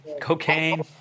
cocaine